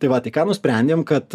tai va tai ką nusprendėm kad